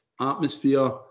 atmosphere